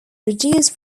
produce